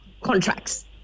contracts